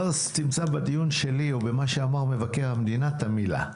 אתה לא תמצא בדיון שלי או במה שאמר מבקר המדינה את המילה.